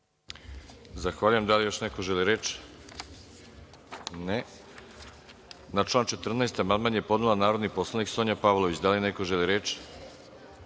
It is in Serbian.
Zahvaljujem. Da li još neko želi reč? (Ne.)Na član 14. amandman je podnela narodni poslanik Sonja Pavlović. Da li neko želi reč? Reč